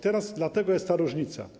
Teraz dlatego jest ta różnica.